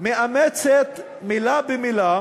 מאמצת מילה במילה